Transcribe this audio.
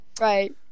Right